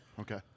Okay